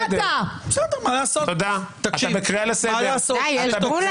טלי, את בקריאה לסדר ראשונה.